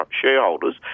shareholders